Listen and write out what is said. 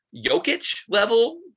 Jokic-level